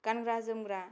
गानग्रा जोमग्रा